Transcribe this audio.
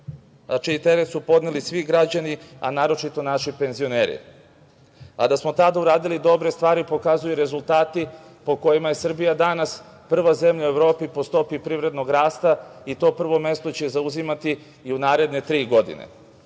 čiji teret su podneli svi građani, a naročito naši penzioneri. Da smo tada uradili dobre stvari pokazuju rezultati po kojima je Srbija danas prva zemlja u Evropi po stopi privrednog rasta i to prvo mesto će zauzimati i u naredne tri godine.